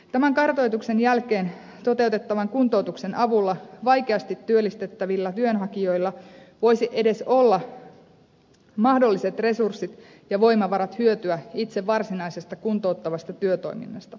tämän kartoituksen jälkeen toteutettavan kuntoutuksen avulla vaikeasti työllistettävillä työnhakijoilla voisi edes olla mahdolliset resurssit ja voimavarat hyötyä itse varsinaisesta kuntouttavasta työtoiminnasta